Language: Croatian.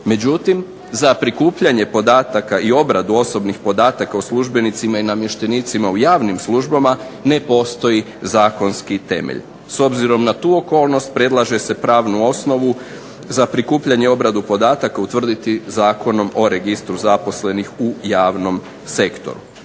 Međutim, za prikupljanje podataka i obradu osobnih podataka o službenicima i namještenicima u javnim službama ne postoji zakonski temelj. S obzirom na tu okolnost predlaže se pravnu osnovu za prikupljanje i obradu podataka utvrditi Zakonom o registru zaposlenih u javnom sektoru.